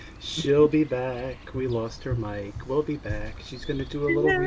she'll be back we lost her mic. we'll be back, she's going to do a little and